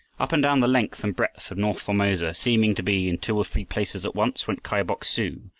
up and down the length and breadth of north formosa, seeming to be in two or three places at once, went kai bok-su,